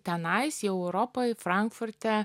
tenais jau europoj frankfurte